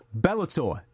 Bellator